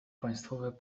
państwowe